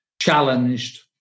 challenged